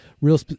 real